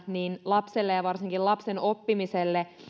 lapselle ja varsinkin lapsen oppimiselle